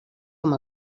com